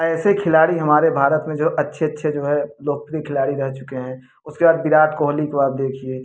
ऐसे खिलाड़ी हमारे भारत में जो अच्छे अच्छे जो है लोकप्रिय खिलाड़ी रह चुके हैं उसके बाद विराट कोहली को आप देखिए